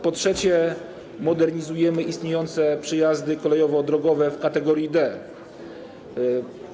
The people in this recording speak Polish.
Po trzecie, modernizujemy istniejące przejazdy kolejowo-drogowe w kategorii D.